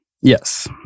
Yes